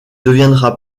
deviendra